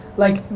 like,